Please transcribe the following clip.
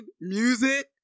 music